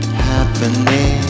happening